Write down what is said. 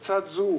לצד זה,